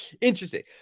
Interesting